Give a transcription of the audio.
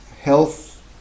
health